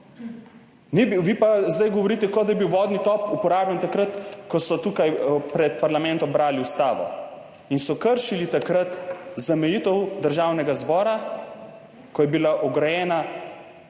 Vi pa zdaj govorite, kot da je bil vodni top uporabljen takrat, ko so tukaj pred parlamentom brali ustavo in so takrat kršili zamejitev Državnega zbora, ko je bil ograjen